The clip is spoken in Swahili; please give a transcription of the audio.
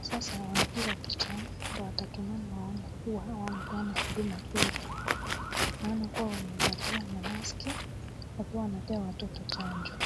sasa wanapiga picha ndio watatuma wamoe kuwa wamepeana huduma kweli huku wamevalia mamaski wakipatia watoto chanjo.